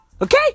Okay